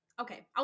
Okay